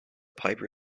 piper